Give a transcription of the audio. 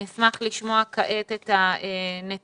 אני אשמח לשמוע כעת את הנציגים